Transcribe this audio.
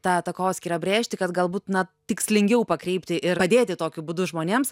tą takoskyrą brėžti kad galbūt na tikslingiau pakreipti ir padėti tokiu būdu žmonėms